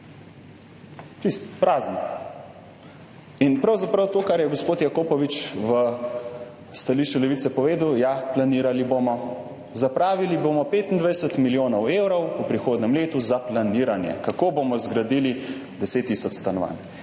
Čisto prazen. Pravzaprav to, kar je gospod Jakopovič v stališču Levice povedal – ja, planirali bomo, zapravili bomo 25 milijonov evrov v prihodnjem letu za planiranje, kako bomo zgradili 10 tisoč stanovanj.